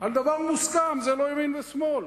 על דבר מוסכם, זה לא ימין ושמאל.